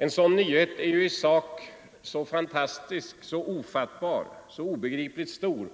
En sådan nyhet är i sak så fantastisk, så ofattbar, så obegripligt stor